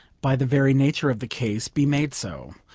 by the very nature of the case, be made so.